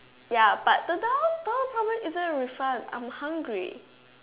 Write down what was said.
ya but the down down problem isn't a refund I'm hungry